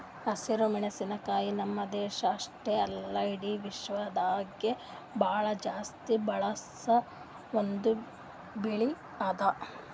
ಹಸಿರು ಮೆಣಸಿನಕಾಯಿ ನಮ್ಮ್ ದೇಶ ಅಷ್ಟೆ ಅಲ್ಲಾ ಇಡಿ ವಿಶ್ವದಾಗೆ ಭಾಳ ಜಾಸ್ತಿ ಬಳಸ ಒಂದ್ ಬೆಳಿ ಅದಾ